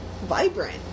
vibrant